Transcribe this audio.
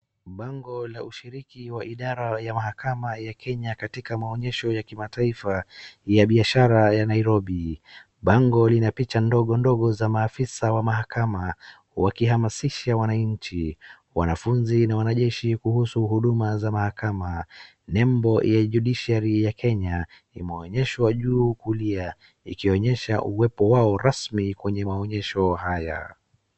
Bango la ushiriki wa idara ya mahakama ya kenya katika maonyesho ya kimataifa ya biashara ya Nairobi, bango lina picha ndogo ndogo za maafisa wa mahakama wakihamasisha wananchi, wanafunzi na wanajeshi kuhusu huduma za mahakama. Nembo ya judiciary ya Kenya imeonyeshwa juu kulia ikionyesha uwepo wao rasmi kwenye maonyesho haya.